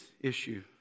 issue